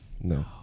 no